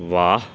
واہ